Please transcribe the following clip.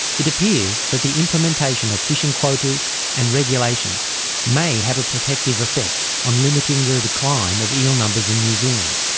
it appears that the implementation of fishing quotas and regulations may have a protective effect on limiting the decline of eel numbers in new zealand.